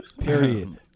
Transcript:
Period